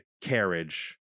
carriage